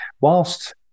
whilst